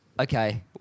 Okay